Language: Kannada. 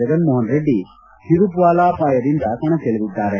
ಜಗನ್ಮೋಹನ್ ರೆಡ್ಡಿ ಹಿದುಪುಲಾಪಾಯದಿಂದ ಕಣಕ್ತಿಳಿಯಲಿದ್ದಾರೆ